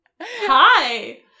Hi